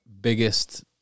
biggest